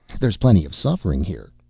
there's plenty of suffering here,